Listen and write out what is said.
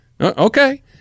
Okay